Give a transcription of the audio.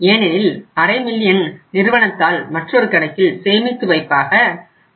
ஏனெனில் அரை மில்லியன் நிறுவனத்தால் மற்றொரு கணக்கில் சேமிப்பு வைப்பாக இருக்கிறது